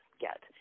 get